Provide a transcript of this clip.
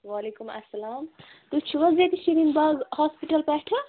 وعلیکُم اسلام تُہۍ چھُو حظ ییٚتہِ شمیٖم باغہٕ ہاسپِٹَل پٮ۪ٹھٕ